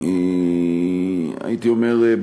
הייתי אומר,